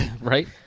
Right